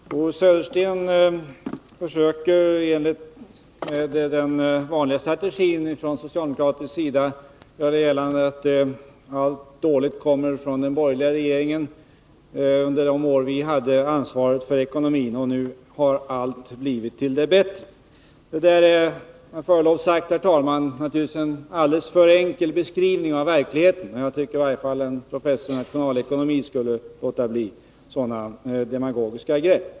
Herr talman! Bo Södersten försöker i enlighet med den vanliga strategin från socialdemokratisk sida göra gällande att allt dåligt kommer från den borgerliga regeringen under de år vi hade ansvaret för ekonomin och att allt nu har blivit till det bättre. Det är med förlov sagt, herr talman, naturligtvis en alldeles för enkel beskrivning av verkligheten. Jag tycker att i varje fall en professor i nationalekonomi borde låta bli sådana demagogiska grepp.